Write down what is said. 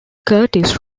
curtis